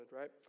right